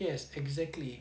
yes exactly